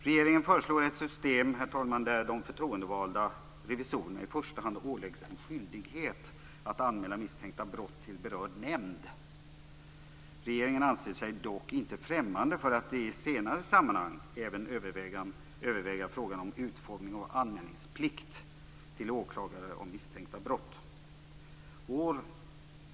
Regeringen föreslår ett system där de förtroendevalda revisorerna i första hand åläggs en skyldighet att anmäla misstänkta brott till berörd nämnd. Regeringen anser sig dock inte främmande för att i ett senare sammanhang även överväga frågan om utformning av anmälningsplikt till åklagare av misstänkta brott.